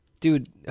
Dude